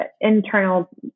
internal